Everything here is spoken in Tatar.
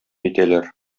итәләр